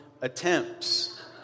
attempts